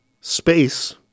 space